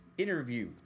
interview